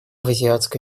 азиатско